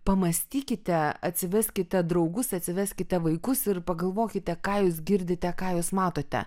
pamąstykite atsiveskite draugus atsiveskite vaikus ir pagalvokite ką jūs girdite ką jūs matote